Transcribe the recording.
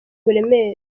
uburemere